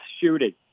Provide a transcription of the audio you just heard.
shooting